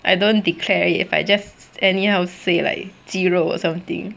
I don't declare if I just anyhow say like 鸡肉 or something